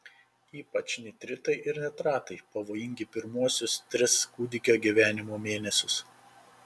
ypač nitritai ir nitratai pavojingi pirmuosius tris kūdikio gyvenimo mėnesius